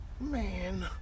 Man